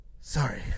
Sorry